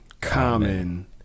Common